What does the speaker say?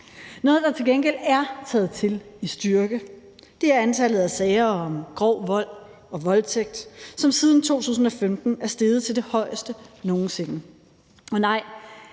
Noget, der til gengæld er taget til i styrke, er antallet af sager om grov vold og voldtægt, som siden 2015 er steget til det højeste nogen sinde.